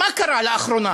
מה קרה לאחרונה?